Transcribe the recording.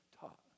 taught